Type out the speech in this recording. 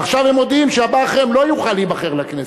ועכשיו הם מודיעים שהבא אחריהם לא יוכל להיבחר לכנסת.